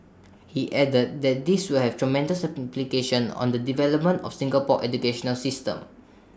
he added that this will have tremendous implications on the development of Singapore's educational system